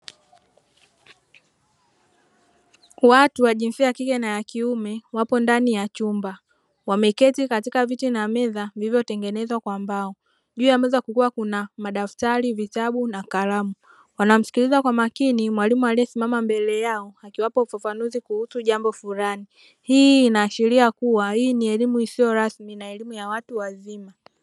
Watu wa jinsia ya kike na ya kiume wapo ndani ya chumba wameketi katika viti na meza; vilivyotengenezwa kwa mbao. Juu ya meza kukiwa kuna madaftari, vitabu, na kalamu. Wanamsikiliza kwa makini mwalimu aliyesimama mbele yao akiwapa ufafanuzi kuhusu jambo fulani. Hii inaashiria kuwa hii ni elimu isiyo rasmi na elimu ya watu wazima.